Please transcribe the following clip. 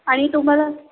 आणि तुम्हाला